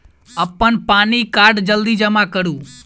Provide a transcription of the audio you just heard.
अप्पन पानि कार्ड जल्दी जमा करू?